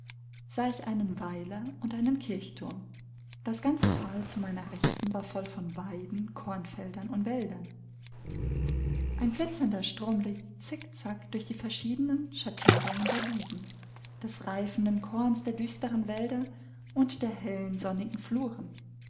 sah ich einen weiler und einen kirchturm das ganze thal zu meiner rechten war voll von weiden kornfeldern und wäldern ein glitzernder strom lief zickzack durch die verschiedenen schattierungen der wiesen des reifenden korns der düsteren wälder und der hellen sonnigen fluren